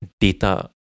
data